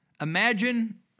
Imagine